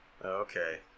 Okay